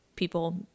People